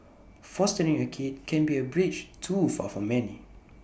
fostering A kid can be A bridge too far for many